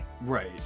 Right